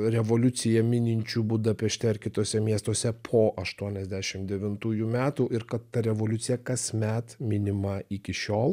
revoliuciją mininčių budapešte ar kituose miestuose po aštuoniasdešim devintųjų metų ir kad ta revoliucija kasmet minima iki šiol